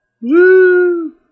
Woo